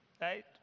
Right